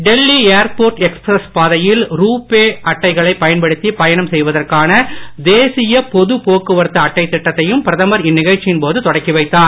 டெல்லிஏர்போர்ட்எக்ஸ்பிரஸ்பாதையில்ரூ பேஅட்டைகளைபயன்படுத்திபயணம்செய்வதற்கானதேசியபொதுபோக் குவரத்துஅட்டைதிட்டத்தையும்பிரதமர்இந்நிகழ்ச்சியின்போதுதொடக்கி வைத்தார்